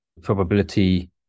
probability